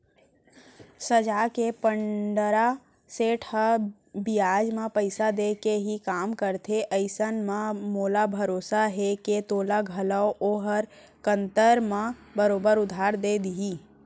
साजा के पंडरा सेठ ह बियाज म पइसा देके ही काम करथे अइसन म मोला भरोसा हे के तोला घलौक ओहर कन्तर म बरोबर उधार दे देही